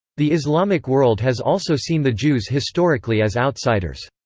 the islamic world has also seen the jews historically as outsiders.